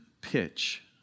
pitch